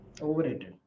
Overrated